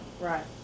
Right